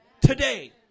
Today